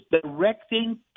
directing